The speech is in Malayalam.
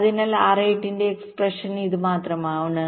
അതിനാൽ RAT ന്റെ എക്സ്പ്രഷൻ ഇത് മാത്രമാണ്